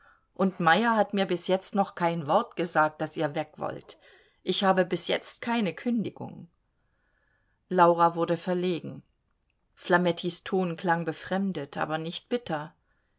und meyer hat mir bis jetzt noch kein wort gesagt daß ihr wegwollt ich habe bis jetzt keine kündigung laura wurde verlegen flamettis ton klang befremdet aber nicht bitter